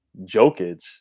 Jokic